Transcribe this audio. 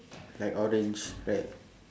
like orange right